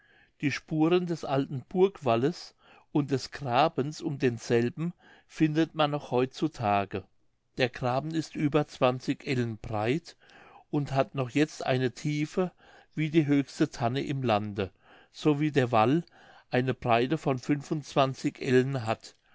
die spuren des alten burgwalles und des grabens um denselben findet man noch heut zu tage der graben ist über zwanzig ellen breit und hat noch jetzt eine tiefe wie die höchste tanne im lande so wie der wall eine breite von fünf und zwanzig ellen hat